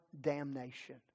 damnation